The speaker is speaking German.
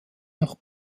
nach